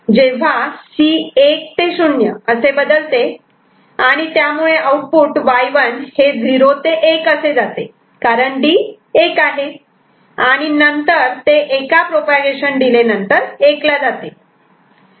जेव्हा C '1 ते 0' असे बदलते आणि त्यामुळे आउटपुट Y1 हे '0 ते 1' असे जाते कारण D 1 आहे आणि नंतर ते एका प्रोपागेशन डिले नंतर 1 ला जाते